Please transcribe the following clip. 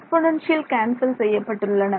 exponential cancel செய்யப்பட்டுள்ளன